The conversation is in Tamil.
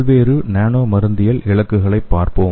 பல்வேறு நானோ மருந்தியல் இலக்குகளைப் பார்ப்போம்